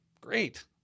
great